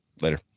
Later